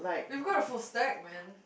we've got a full stack man